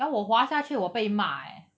ya 我滑下去我被骂 eh